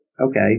okay